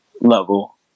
level